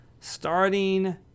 starting